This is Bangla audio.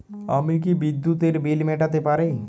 আমি কি বিদ্যুতের বিল মেটাতে পারি?